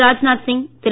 Rajnath Singh Thiru